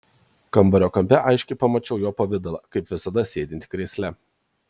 kambario kampe aiškiai pamačiau jo pavidalą kaip visada sėdintį krėsle